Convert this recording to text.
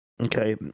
Okay